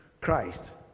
Christ